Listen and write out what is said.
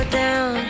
down